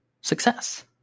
success